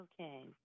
Okay